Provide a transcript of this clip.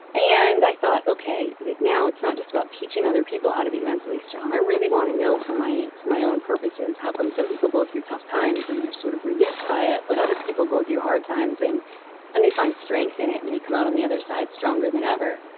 and, i thought, okay now it's not just about teaching other people how to be mentally strong. i really want to know for my for my own purposes how come some people go through tough times and they're sort of reduced by it? but other people go through hard times and and they find strength in it and they come out on the other side stronger than ever?